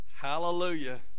Hallelujah